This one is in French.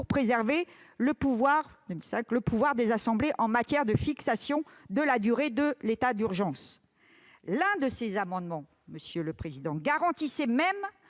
pour préserver le pouvoir des assemblées en matière de fixation de la durée de l'état d'urgence. L'un de ces amendements visait même à garantir le